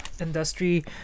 industry